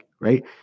Right